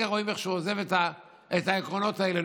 רואים איך שהוא עוזב את העקרונות האלה,